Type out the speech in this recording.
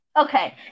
Okay